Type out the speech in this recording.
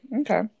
Okay